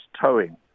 towing